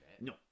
No